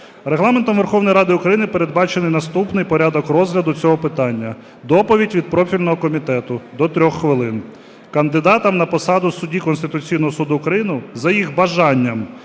Регламентом Верховної Ради України передбачений наступний порядок розгляду цього питання: доповідь від профільного комітету - до 3 хвилин, кандидатам на посаду судді Конституційного Суду України, за їх бажанням,